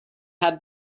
had